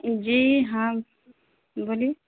جی ہاں بولیے